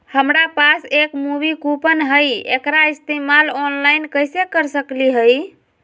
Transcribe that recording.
हमरा पास एक मूवी कूपन हई, एकरा इस्तेमाल ऑनलाइन कैसे कर सकली हई?